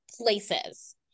places